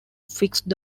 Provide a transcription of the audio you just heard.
fixed